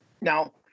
Now